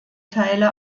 teile